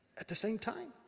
at the same time.